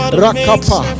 rakapa